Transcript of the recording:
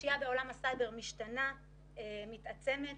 הפשיעה בעולם הסייבר משתנה כל העת ומתעצמת,